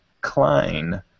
Klein